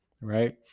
right